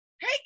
hey